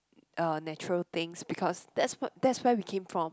uh natural things because there is what that's where we came from